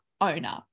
owner